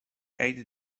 ate